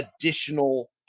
additional